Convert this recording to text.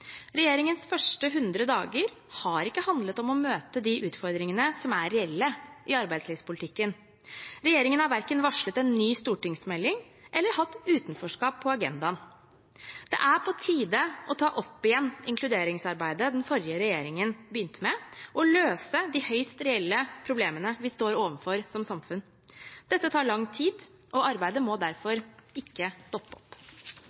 Regjeringens første 100 dager har ikke handlet om å møte de utfordringene som er reelle i arbeidslivspolitikken. Regjeringen har verken varslet en ny stortingsmelding eller hatt utenforskap på agendaen. Det er på tide å ta opp igjen inkluderingsarbeidet den forrige regjeringen begynte med, og løse de høyst reelle problemene vi står overfor som samfunn. Dette tar lang tid, og arbeidet må derfor ikke stoppe opp.